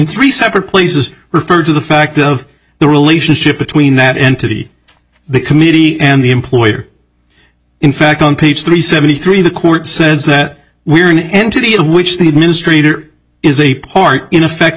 three separate places referred to the fact of the relationship between that entity the committee and the employer in fact on page three seventy three the court says that we're an entity of which the administrator is a part in effect